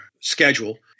schedule